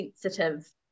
sensitive